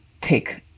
take